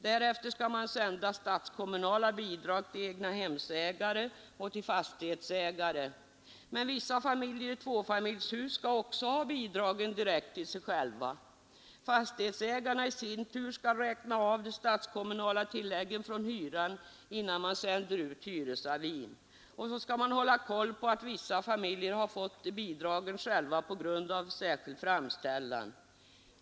Därefter skall man sända statskommunala bidrag till egnahemsägare och till fastighetsägare. Men vissa familjer i tvåfamiljshus skall ha bidragen direkt till sig själva. Fastighetsägarna i sin tur skall räkna av de statskommunala tilläggen från hyran, innan de sänder ut hyresavin. Och så skall man hålla koll på att vissa familjer har fått bidragen själva på grund av särskild framställan.